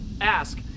ask